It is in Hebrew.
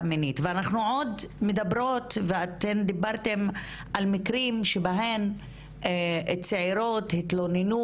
מינית ואנחנו עוד מדברות ואתן דיברתן על מקרים שבהם הצעירות התלוננו